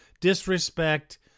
Disrespect